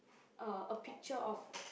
uh a picture of